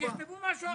שיכתבו משהו אחר.